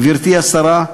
גברתי השרה,